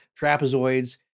trapezoids